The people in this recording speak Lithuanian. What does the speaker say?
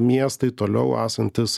miestai toliau esantys